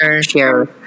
share